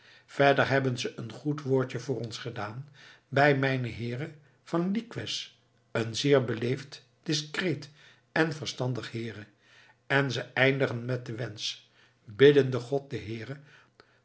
verder hebben ze een goed woordje voor ons gedaan bij mijnheere van licques een seer beleeft discreet en verstandich heere en ze eindigen met den wensch biddende god den heere